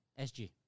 SG